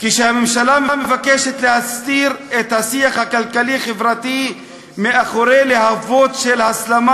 כשהממשלה מבקשת להסתיר את השיח הכלכלי-חברתי מאחורי להבות של הסלמה,